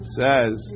says